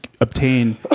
obtain